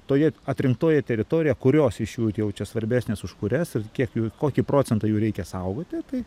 toji atrinktoji teritorija kurios iš jų jau čia svarbesnės už kurias ir kiek jų kokį procentą jų reikia saugoti tai